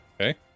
Okay